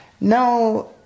no